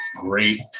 great